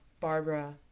Barbara